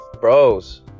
Bros